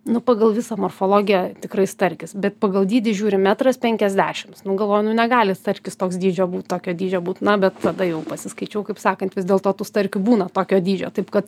nu pagal visą morfologiją tikrai starkis bet pagal dydį žiūrim metras penkiasdešims nu galvoju nu negali starkis toks dydžio būt tokio dydžio būt na bet tada jau pasiskaičiau kaip sakant vis dėlto tų starkių būna tokio dydžio taip kad